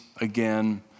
again